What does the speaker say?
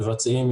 מבצעים,